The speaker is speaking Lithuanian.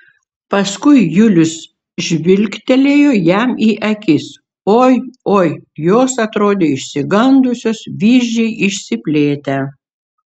paskui julius žvilgtelėjo jam į akis oi oi jos atrodė išsigandusios vyzdžiai išsiplėtę